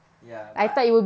ya but